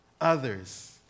others